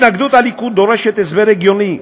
התנגדות הליכוד דורשת הסבר הגיוני.